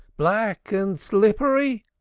black and slippery,